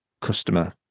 customer